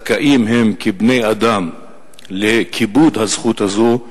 שהם זכאים כבני-אדם לכיבוד הזכות הזו,